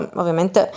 ovviamente